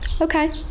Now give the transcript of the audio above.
Okay